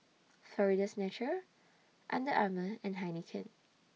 Florida's Natural Under Armour and Heinekein